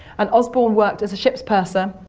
and osborne worked as a ship's purser,